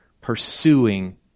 pursuing